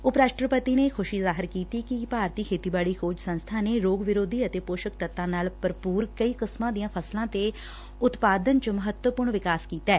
ਉਪ ਰਾਸ਼ਟਰਪਤੀ ਨੇ ਖੁਸ਼ੀ ਜ਼ਾਹਿਰ ਕੀਤੀ ਕਿ ਭਾਰਤੀ ਖੇਤੀਬਾਤੀ ਖੋਜ ਸੰਸਬਾ ਨੇ ਰੋਗ ਵਿਰੋਧੀ ਅਤੇ ਪੋਸ਼ਕ ਤੱਤਾਂ ਨਾਲ ਭਰਪੁਰ ਕਈ ਕਿਸਮਾਂ ਦੀਆਂ ਫਸਲਾਂ ਦੇ ਉਤਪਾਦਨ ਚ ਮਹੱਤਵਪੁਰਨ ਵਿਕਾਸ ਕੀਤੈ